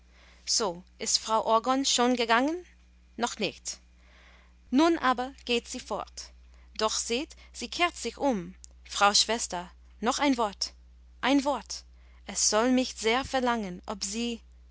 so ist frau orgon schon gegangen noch nicht nun aber geht sie fort doch seht sie kehrt sich um frau schwester noch ein wort ein wort es soll mich sehr verlangen ob sie